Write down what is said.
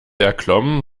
erklomm